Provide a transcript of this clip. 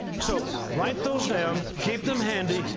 so write those down, keep them handy,